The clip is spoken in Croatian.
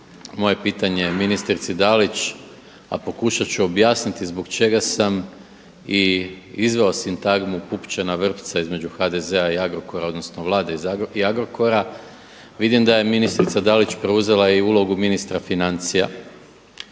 Moje pitanje ministrici Dalić, a pokušat ću objasniti zbog čega sam i izveo sintagmu pupčana vrpca između HDZ-a i Agrokora, odnosno Vlade i Agrokora. Vidim da je ministrica Dalić preuzela i ulogu ministra financija